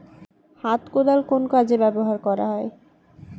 হাত কোদাল কোন কাজে ব্যবহার করা হয়?